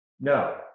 No